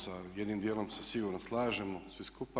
Sa jednim dijelom se sigurno slažemo svi skupa.